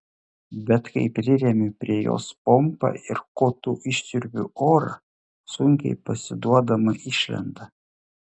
bet kai priremiu prie jos pompą ir kotu išsiurbiu orą sunkiai pasiduodama išlenda